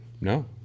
No